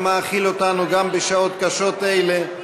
שמאכיל אותנו גם בשעות קשות אלה,